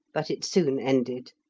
but it soon ended.